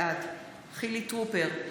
בעד חילי טרופר,